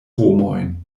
homojn